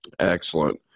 Excellent